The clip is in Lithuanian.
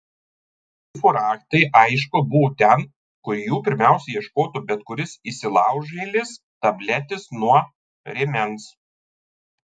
seifo raktai aišku buvo ten kur jų pirmiausia ieškotų bet kuris įsilaužėlis tabletės nuo rėmens